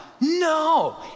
No